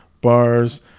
bars